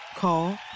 Call